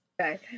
Okay